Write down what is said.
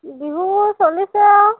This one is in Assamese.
বিহু চলিছে আৰু